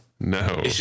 No